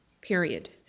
period